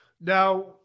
now